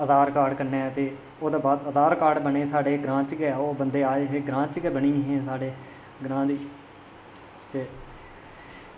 आधार card कन्नै ते ओह्दे बाद आधार कार्ड बने साढ़े ग्रांऽ च गै ओह् बंदे आये हे ते ग्रांऽ च गै बने हे साढ़े ग्रांऽ च